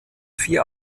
vier